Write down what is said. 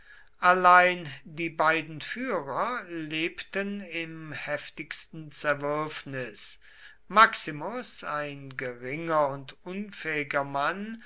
allein die beiden führer lebten im heftigsten zerwürfnis maximus ein geringer und unfähiger mann